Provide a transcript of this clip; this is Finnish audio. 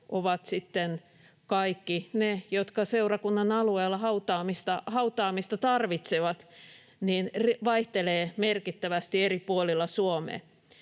sitten kaikki ne, jotka seurakunnan alueella hautaamista tarvitsevat, vaihtelee merkittävästi eri puolilla Suomea.